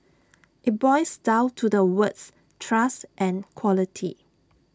IT boils down to the words trust and quality